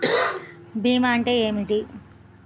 భీమా అంటే ఏమిటి?